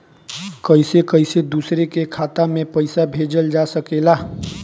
कईसे कईसे दूसरे के खाता में पईसा भेजल जा सकेला?